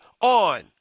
on